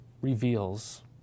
reveals